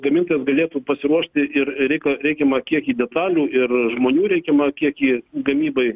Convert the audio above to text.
gamintojas galėtų pasiruošti ir reik reikiamą kiekį detalių ir žmonių reikiamą kiekį gamybai